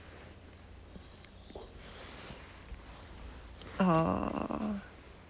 uh